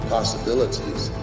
Possibilities